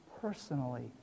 personally